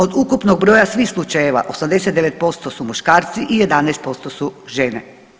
Od ukupnog broja svih slučajeva 98% su muškarci i 11% su žene.